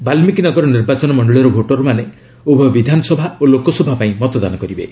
ବାଲ୍ତିକୀ ନଗର ନିର୍ବାଚନ ମଣ୍ଡଳୀର ଭୋଟରମାନେ ଉଭୟ ବିଧାନସଭା ଓ ଲୋକସଭା ପାଇଁ ମତଦାନ କରିବେ